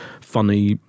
funny